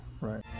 Right